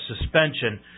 suspension